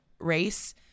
race